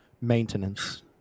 Maintenance